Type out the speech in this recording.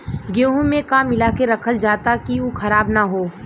गेहूँ में का मिलाके रखल जाता कि उ खराब न हो?